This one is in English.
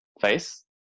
face